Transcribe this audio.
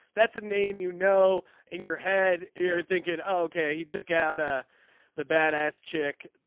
that's a name you know in your head you're thinking ok. he took out ah the bad ass chick